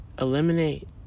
Eliminate